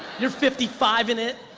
you're fifty five ing it.